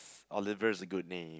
Oliver is a good name